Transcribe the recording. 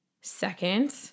second